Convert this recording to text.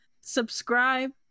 subscribe